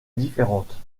différentes